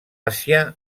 àsia